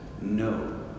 no